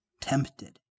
tempted